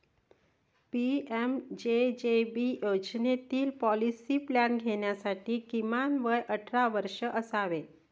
PMJJB योजनेतील policy plan घेण्यासाठी किमान वय अठरा वर्षे असावे